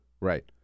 right